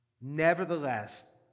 Nevertheless